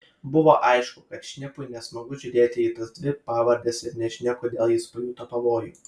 buvo aišku kad šnipui nesmagu žiūrėti į tas dvi pavardes ir nežinia kodėl jis pajuto pavojų